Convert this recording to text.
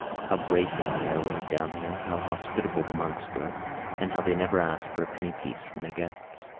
how bracing the air was down there, how hospitable the monks were and how they never asked for a penny-piece from their guests.